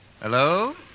Hello